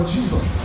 Jesus